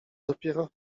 dopiero